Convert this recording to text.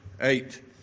eight